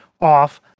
off